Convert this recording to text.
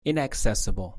inaccessible